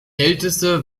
älteste